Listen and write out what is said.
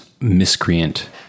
miscreant